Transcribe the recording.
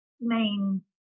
main